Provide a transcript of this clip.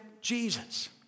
Jesus